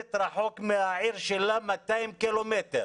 מלמדת רחוק מהעיר שלה 200 קילומטר,